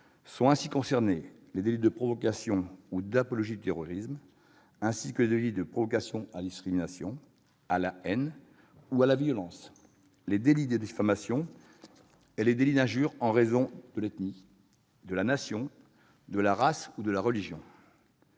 Sont ainsi concernés les délits de provocation ou d'apologie du terrorisme, ainsi que les délits de provocation à la discrimination, à la haine ou la violence, les délits de diffamation et les délits d'injure en raison de l'ethnie, de la nation, de la race ou de la religion.